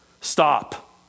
Stop